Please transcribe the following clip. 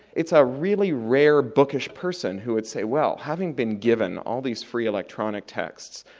it's a really rare bookish person who would say well, having been given all these free electronic texts,